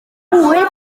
hwyr